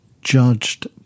judged